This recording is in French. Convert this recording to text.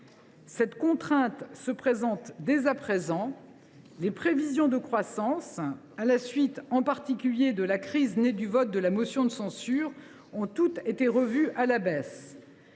Cette contrainte se manifeste dès à présent : les prévisions de croissance, à la suite, en particulier, de la crise née du vote de la motion de censure, ont toutes été revues à la baisse.